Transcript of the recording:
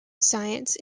science